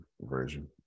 version